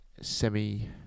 semi